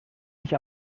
nicht